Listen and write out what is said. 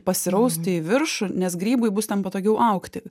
pasirausti į viršų nes grybui bus ten patogiau augti